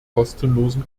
kostenlosen